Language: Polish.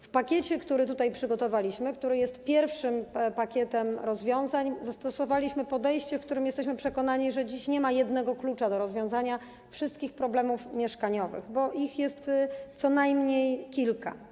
W pakiecie, który tutaj przygotowaliśmy, który jest pierwszym pakietem rozwiązań, zastosowaliśmy takie podejście, bo jesteśmy przekonani, że dziś nie ma jednego klucza do rozwiązania wszystkich problemów mieszkaniowych, bo jest ich co najmniej kilka.